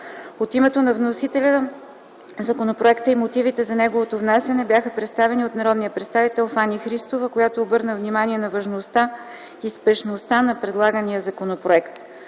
От името на вносителя законопроекта и мотивите за неговото внасяне бяха представени от народния представител Фани Христова, която обърна внимание на важността и спешността на предлагания законопроект.